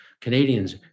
Canadians